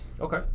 okay